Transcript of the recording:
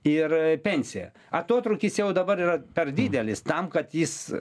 ir pensija atotrūkis jau dabar yra per didelis tam kad jis